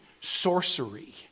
sorcery